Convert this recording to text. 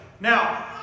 Now